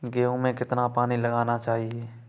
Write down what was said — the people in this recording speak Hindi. गेहूँ में कितना पानी लगाना चाहिए?